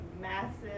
massive